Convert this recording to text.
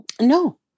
no